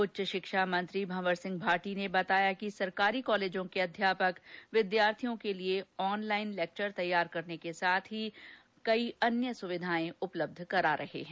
उच्च शिक्षा मंत्री भंवर सिंह भाटी ने बताया कि सरकारी कॉलेजों के अध्यापक विद्यार्थियों के लिए ऑन लाईन लेक्चर तैयार करने के साथ ही और कई सुविधा उपलब्ध करा रहे हैं